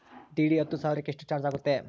DD ಹತ್ತು ಸಾವಿರಕ್ಕೆ ಎಷ್ಟು ಚಾಜ್೯ ಆಗತ್ತೆ?